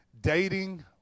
dating